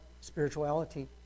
spirituality